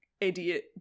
idiot